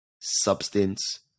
substance